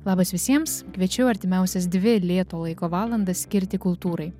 labas visiems kviečiu artimiausias dvi lėto laiko valandas skirti kultūrai